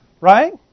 right